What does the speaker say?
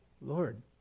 Lord